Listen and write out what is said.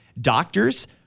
doctors